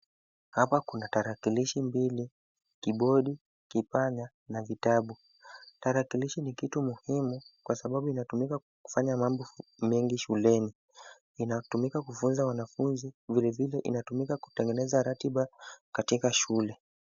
Hapa kuna tarakilishi mbili, kibodi, kipanya, na vitabu. Tarakilishi ni kitu muhimu kwa sababu inatumika kufanya mambo mengi shuleni. Inatumika kufunza wanafunzi, vilevile inatumika kutengeneza ratiba katika shule.